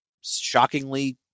shockingly